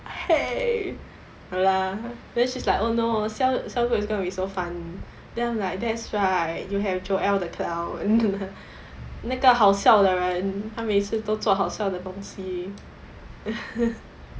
!hey! ya lah then she is like oh no cell cell group is gonna be so fun then I'm like that's right you have joelle the clown 那个好笑的人她每次都做好笑的东西